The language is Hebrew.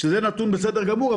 שזה אומנם נתון בסדר גמור,